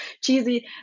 cheesy